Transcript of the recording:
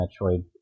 Metroid